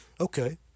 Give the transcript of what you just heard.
Okay